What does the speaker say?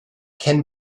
can